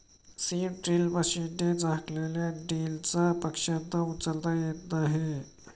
seed drill मशीनने झाकलेल्या दीजला पक्ष्यांना उचलता येत नाही